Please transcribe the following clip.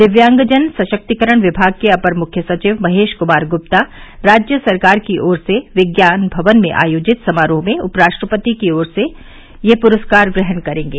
दिव्यांगजन सशक्तिकरण विमाग के अपर मुख्य सचिव महेश कुमार गुप्ता राज्य सरकार की ओर से विज्ञान भवन में आयोजित समारोह में उप राष्ट्रपति से यह पुरस्कार ग्रहण करेंगे